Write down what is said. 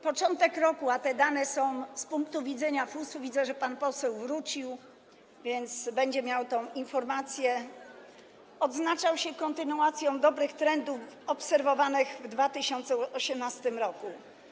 Początek roku, a te dane są z punktu widzenia FUS - widzę, że pan poseł wrócił, więc będzie miał tę informację - odznaczał się kontynuacją dobrych trendów obserwowanych w 2018 r.